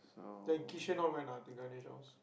then Kishan all went ah to Ganesh house